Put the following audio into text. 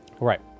Right